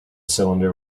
cylinder